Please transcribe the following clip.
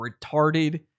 retarded